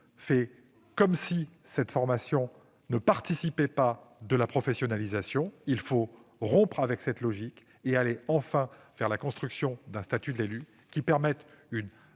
fait comme si cette formation ne participait pas de la professionnalisation. Il faut rompre avec cette logique et construire, enfin, un statut de l'élu qui permette une